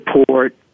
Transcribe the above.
support